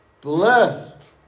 Blessed